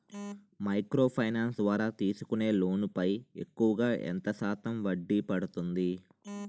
Micro finance ద్వారా తీసుకునే loan పై ఎక్కువుగా ఎంత శాతం వడ్డీ పడుతుంది?